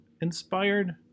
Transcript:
inspired